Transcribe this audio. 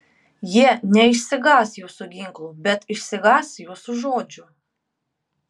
jie neišsigąs jūsų ginklų bet išsigąs jūsų žodžių